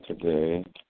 today